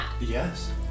Yes